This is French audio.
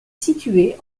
situé